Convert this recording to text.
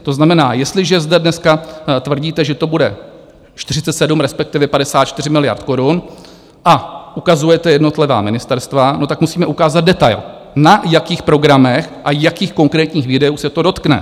To znamená, jestliže zde dneska tvrdíte, že to bude 47, respektive 54 miliard korun a ukazujete jednotlivá ministerstva, tak musíme ukázat detail, na jakých programech a jakých konkrétních výdajů se to dotkne.